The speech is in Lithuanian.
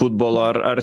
futbolo ar ar